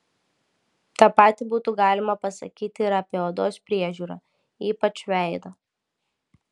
tą patį būtų galima pasakyti ir apie odos priežiūrą ypač veido